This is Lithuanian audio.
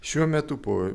šiuo metu po